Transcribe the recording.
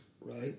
right